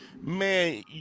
man